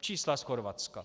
Čísla z Chorvatska.